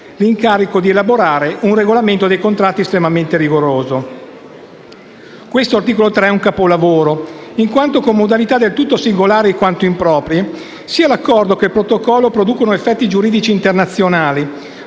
l'incarico di elaborare un regolamento dei contratti estremamente rigoroso. Questo articolo 3 è un capolavoro in quanto, con modalità del tutto singolari quanto improprie, sia l'Accordo che il protocollo producono effetti giuridici internazionali,